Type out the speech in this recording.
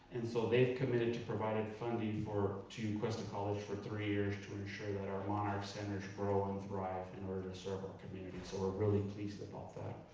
and so they've committed to provided funding to cuesta college for three years to ensure that our monarch centers grow and thrive in order to serve our community. so we're really pleased about that.